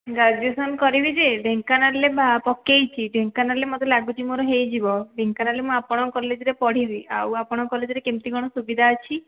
graduation କରିବି ଯେ ଢେଙ୍କାନାଳରେ ବା ପକେଇଛି ଢେଙ୍କାନାଳରେ ମୋତେ ଲାଗୁଛି ମୋର ହୋଇଯିବ ଢେଙ୍କାନାଳରେ ମୁଁ ଆପଣଙ୍କ କଲେଜ୍ରେ ପଢ଼ିବି ଆଉ ଆପଣଙ୍କ କଲେଜ୍ରେ କେମିତି କ'ଣ ସୁବିଧା ଅଛି